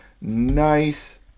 nice